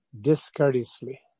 discourteously